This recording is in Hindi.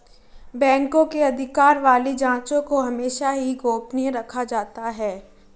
बैंकों के अधिकार वाली जांचों को हमेशा ही गोपनीय रखा जाता है